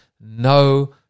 no